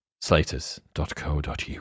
Slaters.co.uk